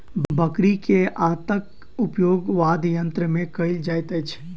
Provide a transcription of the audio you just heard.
बकरी के आंतक उपयोग वाद्ययंत्र मे कयल जाइत अछि